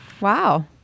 Wow